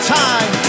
time